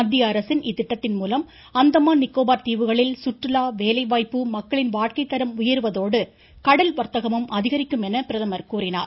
மத்திய அரசின் இத்திட்டத்தின்மூலம் அந்தமான் நிக்கோபார் தீவுகளில் சுற்றுலா வேலைவாய்ப்பு மக்களின் வாழ்க்கைத்தரம் உயருவதோடு கடல் வர்த்தகமும் அதிகரிக்கும் என்று பிரதமர் கூறினார்